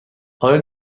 آیا